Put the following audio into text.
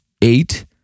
eight